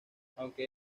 aunque